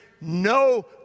no